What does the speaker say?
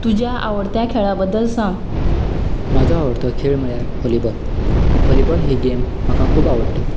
तुज्या आवडट्या खेळा बद्दल सांग म्हजो आवडटो खेळ म्हणल्यार व्होलीबॉल व्होलीबॉल ही गेम म्हाका खूब आवडटा